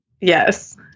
Yes